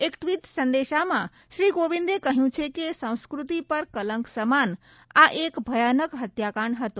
એક ટવીટ સંદેશમાં શ્રી કોવિંદે કહયું છે કે સંસ્કતિ પર કલંક સમાન આ એક ભયાનક હત્યાકાંડ હતો